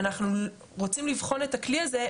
אנחנו רוצים לבחון את הכלי הזה,